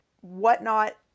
whatnot